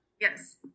Yes